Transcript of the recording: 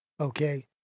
okay